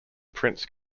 prince